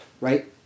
Right